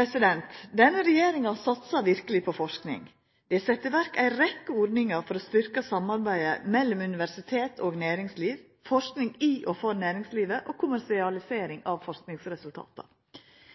Denne regjeringa satsar verkeleg på forsking. Det er sett i verk ei rekkje ordningar for å styrkja samarbeidet mellom universitet og næringsliv, forsking i og for næringslivet og kommersialisering av